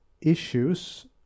issues